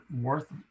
worth